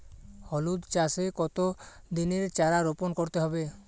হলুদ চাষে কত দিনের চারা রোপন করতে হবে?